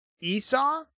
Esau